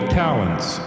talents